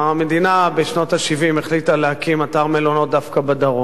המדינה החליטה בשנות ה-70 להקים אתר מלונות דווקא בדרום,